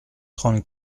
trente